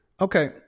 okay